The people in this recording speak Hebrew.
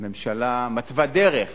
הממשלה מתווה דרך,